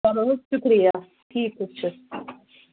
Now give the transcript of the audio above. چَلو حظ شُکریہ ٹھیٖک حظ چھُ